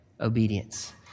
obedience